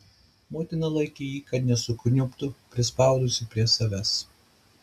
motina laikė jį kad nesukniubtų prispaudusi prie savęs